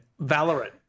Valorant